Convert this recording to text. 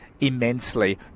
immensely